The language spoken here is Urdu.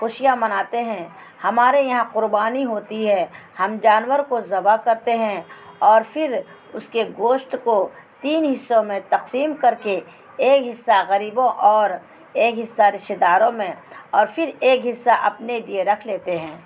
خوشیاں مناتے ہیں ہمارے یہاں قربانی ہوتی ہے ہم جانور کو ذبعہ کرتے ہیں اور فھر اس کے گوشت کو تین حصوں میں تقسیم کر کے ایک حصہ غریبوں اور ایک حصہ رشتہ داروں میں اور پھر ایک حصہ اپنے لیے رکھ لیتے ہیں